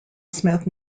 smith